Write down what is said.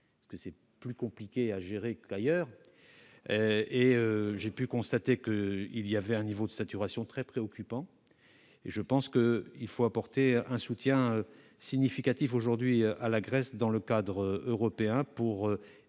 c'est plus compliqué à gérer qu'ailleurs. J'ai pu constater un niveau de saturation très préoccupant. Je pense qu'il faut apporter un soutien significatif aujourd'hui à la Grèce dans le cadre européen pour aider